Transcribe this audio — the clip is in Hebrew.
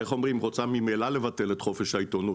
איך אומרים, רוצה ממילא לבטל את חופש העיתונות.